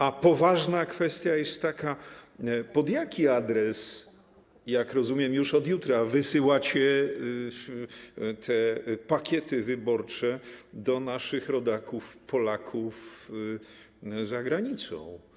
A poważna kwestia jest taka: Na jaki adres, jak rozumiem - już od jutra, wysyłacie te pakiety wyborcze do naszych rodaków, Polaków za granicą?